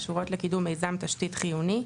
הקשורות לקידום מיזם תשתית חיוני,